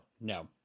no